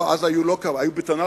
אז היו לא קרוונים,